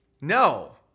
No